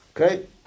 Okay